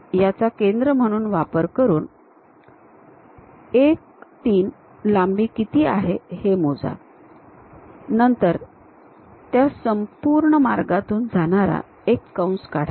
तर आता 1 आणि 2 यांचा केंद्र म्हणून वापर करून 1 3 लांबी किती आहे हे मोजा नंतर त्या संपूर्ण मार्गातून जाणारा कंस काढा